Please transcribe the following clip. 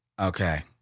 okay